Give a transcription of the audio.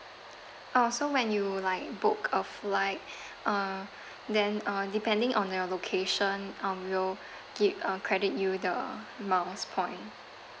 oh so when you like book a flight uh then uh depending on your location um we'll gi~ uh credit you the miles point